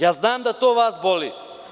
Ja znam da to vas boli.